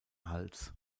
hals